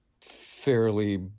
fairly